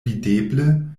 videble